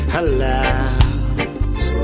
allows